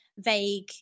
vague